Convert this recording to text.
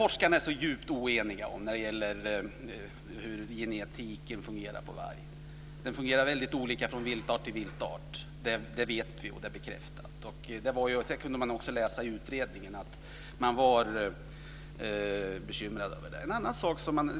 Forskarna är djupt oeniga om hur genetiken vad gäller varg fungerar. Det är också bekräftat att genetiken fungerar väldigt olika från viltart till viltart. Man kunde också i utredningen läsa att det finns bekymmer omkring detta.